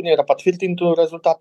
nėra patvirtintų rezultatų